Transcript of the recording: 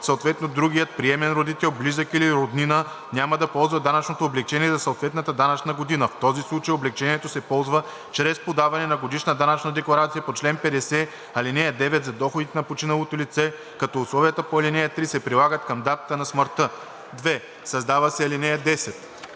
съответно другият приемен родител, близък или роднина, няма да ползва данъчното облекчение за съответната данъчна година; в този случай облекчението се ползва чрез подаване на годишна данъчна декларация по чл. 50, ал. 9 за доходите на починалото лице, като условията по ал. 3 се прилагат към датата на смъртта“. 2. Създава се ал. 10: